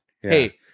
Hey